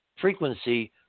frequency